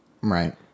right